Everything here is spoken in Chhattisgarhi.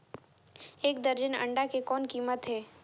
एक दर्जन अंडा के कौन कीमत हे?